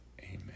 Amen